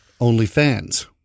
OnlyFans